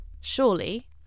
surely